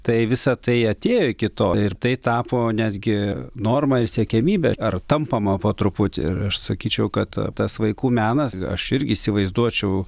tai visa tai atėjo iki to ir tai tapo netgi norma ir siekiamybė ar tampama po truputį ir aš sakyčiau kad tas vaikų menas aš irgi įsivaizduočiau